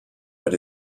but